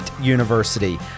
University